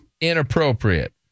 inappropriate